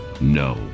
No